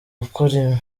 gukora